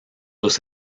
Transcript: los